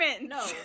No